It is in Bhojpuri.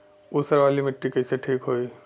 ऊसर वाली मिट्टी कईसे ठीक होई?